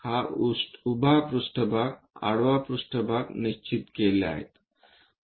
हा उभा पृष्ठभाग आडवा पृष्ठभाग निश्चित केले आहे